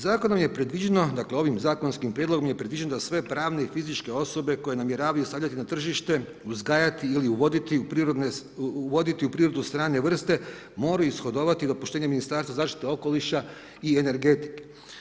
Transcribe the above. Zakonom je predviđeno, dakle ovim zakonskim prijedlogom je predviđeno da sve pravne i fizičke osobe koje namjeravaju stavljati na tržište, uzgajati ili uvoditi u prirodu strane vrste moraju ishodovati dopuštenje Ministarstva zaštite okoliša i energetike.